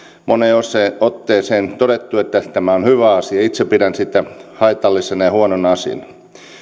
moneen otteeseen todettu että tämä on hyvä asia itse pidän sitä haitallisena ja huonona asiana